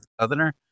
southerner